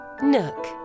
Nook